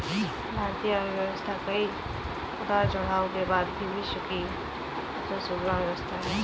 भारतीय अर्थव्यवस्था कई उतार चढ़ाव के बाद भी विश्व की एक सुदृढ़ व्यवस्था है